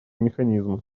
механизмы